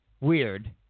weird